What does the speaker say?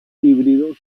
híbrido